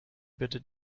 bitte